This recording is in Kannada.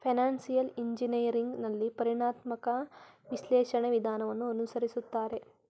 ಫೈನಾನ್ಸಿಯಲ್ ಇಂಜಿನಿಯರಿಂಗ್ ನಲ್ಲಿ ಪರಿಣಾಮಾತ್ಮಕ ವಿಶ್ಲೇಷಣೆ ವಿಧಾನವನ್ನು ಅನುಸರಿಸುತ್ತಾರೆ